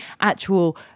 actual